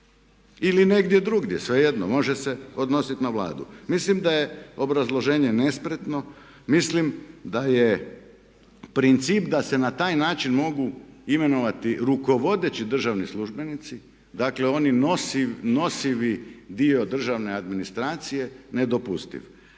ili negdje drugdje, svejedno može se odnosit na vladu. Mislim da je obrazloženje nespretno, mislim da je princip da se na taj način mogu imenovati rukovodeći državni službenici, dakle oni nosivi dio državne administracije nedopustiv.